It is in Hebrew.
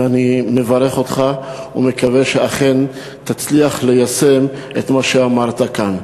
ואני מברך אותך ומקווה שאכן תצליח ליישם את מה שאמרת כאן.